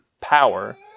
power